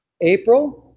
April